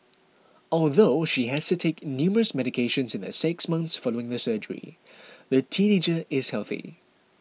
although she has to take numerous medications in the six months following the surgery the teenager is healthy